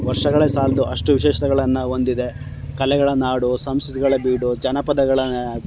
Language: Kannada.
ವರ್ಷಗಳೇ ಸಾಲದು ಅಷ್ಟು ವಿಶೇಷತೆಗಳನ್ನು ಹೊಂದಿದೆ ಕಲೆಗಳ ನಾಡು ಸಂಸ್ಕೃತಿಗಳ ಬೀಡು ಜನಪದಗಳ ನ